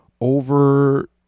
over